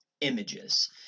images